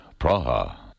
Praha